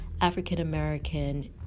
African-American